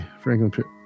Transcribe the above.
Franklin